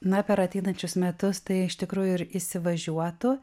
na per ateinančius metus tai iš tikrųjų ir įsivažiuotų